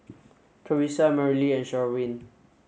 Carisa Merrily and Sherwin